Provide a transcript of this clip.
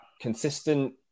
consistent